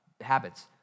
habits